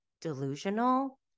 delusional